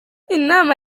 inama